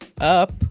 up